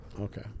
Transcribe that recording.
Okay